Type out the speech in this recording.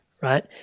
right